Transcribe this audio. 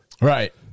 Right